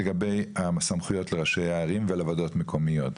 לגבי הסמכויות לראשי הערים ולוועדות המקומיות.